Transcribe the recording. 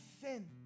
sin